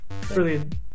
Brilliant